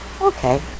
Okay